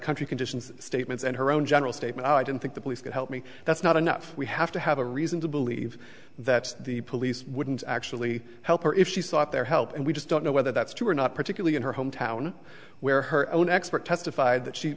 country conditions statements and her own general statement i didn't think the police could help me that's not enough we have to have a reason to believe that the police wouldn't actually help her if she thought their help and we just don't know whether that's true or not particularly in her hometown where her own expert testified that she